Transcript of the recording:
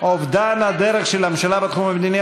אובדן הדרך של הממשלה בתחום המדיני,